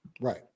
Right